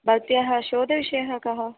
भवत्याः शोधनविषयः कः